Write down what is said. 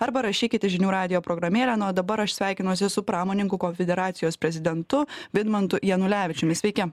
arba rašykite žinių radijo programėlę nu o dabar aš sveikinuosi su pramoninku konfederacijos prezidentu vidmantu janulevičiumi sveiki